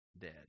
dead